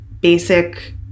basic